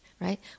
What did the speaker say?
right